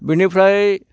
बेनिफ्राय